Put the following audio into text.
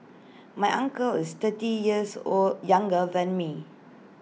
my uncle is thirty years old younger than me